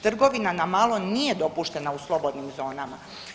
Trgovina na malo nije dopuštena u slobodnim zonama.